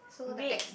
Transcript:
red